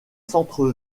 centre